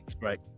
right